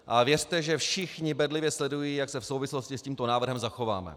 A věřte, že všichni bedlivě sledují, jak se v souvislosti s tímto návrhem zachováme.